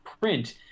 print